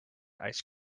ice